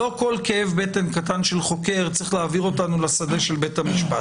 לא כל כאב בטן קטן של חוקר צריך להעביר אותנו לשדה של בית המשפט.